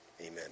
amen